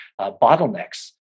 bottlenecks